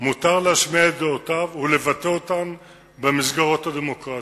מותר להשמיע את דעותיו ולבטא אותן במסגרות הדמוקרטיות,